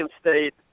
State